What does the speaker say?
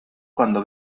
cuando